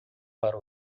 para